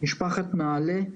משפחת "נעל"ה"